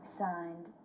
signed